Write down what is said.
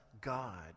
God